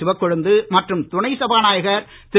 சிவக்கொழுந்து மற்றும் துணை சபாநாயகர் திரு